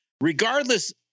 Regardless